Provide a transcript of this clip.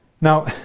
Now